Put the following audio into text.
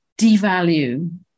devalue